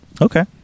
okay